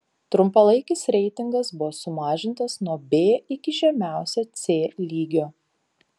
trumpalaikis reitingas buvo sumažintas nuo b iki žemiausio c lygio